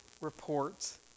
reports